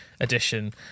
edition